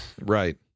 Right